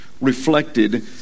Reflected